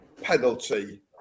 penalty